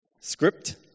script